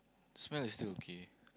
smell is still okay